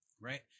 Right